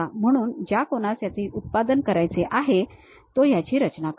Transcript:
म्हणून ज्या कोणास याचे उत्पादन करायचे आहे तो याची रचना करेल